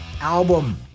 album